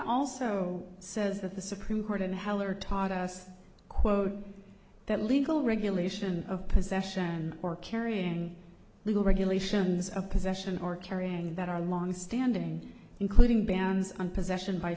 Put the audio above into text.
also says that the supreme court in heller taught us quote that legal regulation of possession or carrying legal regulations of possession or carrying that are longstanding including bans on possession by